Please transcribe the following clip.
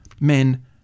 men